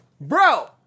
Bro